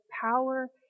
power